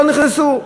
לא נכנסו.